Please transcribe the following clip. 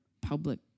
public